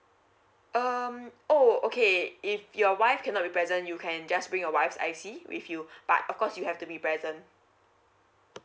um oh okay if your wife cannot be present you can just bring your wife's I_C with you but of course you have to be present